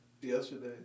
yesterday